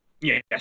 Yes